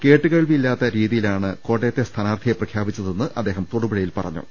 കേട്ടുകേൾവിയില്ലാത്ത രീതിയിലാണ് കോട്ടയത്തെ സ്ഥാനാർഥിയെ പ്രഖ്യാപിച്ചതെന്ന് അദ്ദേഹം തൊടുപുഴയിൽ പറഞ്ഞു